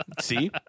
See